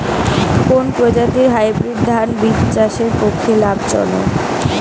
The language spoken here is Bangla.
কোন প্রজাতীর হাইব্রিড ধান বীজ চাষের পক্ষে লাভজনক?